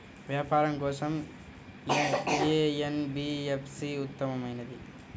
వ్యాపారం కోసం ఏ ఎన్.బీ.ఎఫ్.సి ఉత్తమమైనది?